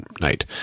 night